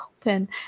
open